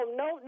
no